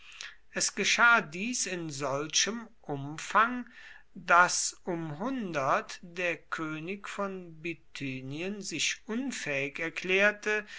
es geschah dies in solchem umfang daß um der könig von bithynien sich unfähig erklärte